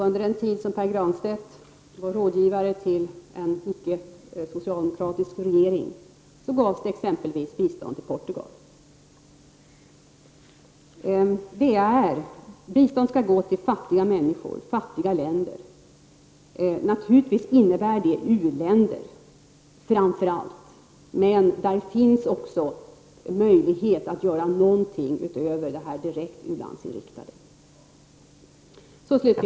Under den tid som Pär Granstedt var rådgivare till en ickesocialdemokratisk regering gavs det exempelvis bistånd till Portugal. Bistånd skall ges till fattiga människor i fattiga länder. Naturligtvis innebär det att framför allt u-länder skall få bistånd. Men det finns också möjligheter att göra någonting utöver det direkt u-landsinriktade stödet.